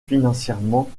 financièrement